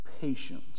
patience